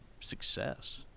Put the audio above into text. success